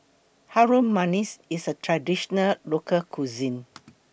Harum Manis IS A Traditional Local Cuisine